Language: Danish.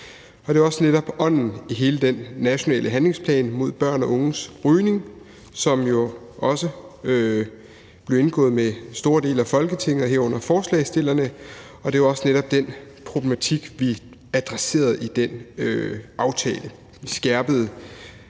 netop også ånden i hele den nationale handlingsplan mod børn og unges rygning, som store dele af Folketinget står bag, herunder forslagsstillerne, og det er netop også den problematik, vi adresserer i den aftale. Her skærpede